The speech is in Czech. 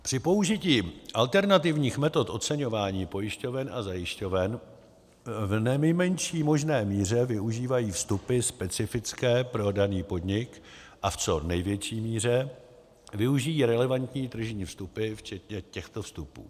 Při použití alternativních metod oceňování pojišťoven a zajišťoven v nejmenší možné míře využívají vstupy specifické pro daný podnik a v co největší míře využijí relevantní tržní vstupy včetně těchto vstupů.